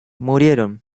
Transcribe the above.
murieron